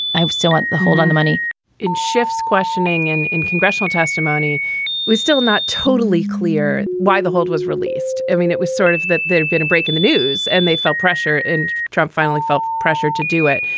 i was still in the hold on the money in shifts questioning and in congressional testimony was still not totally clear why the hold was released. i mean, it was sort of that there'd been a break in the news and they felt pressure and trump finally felt pressure to do it.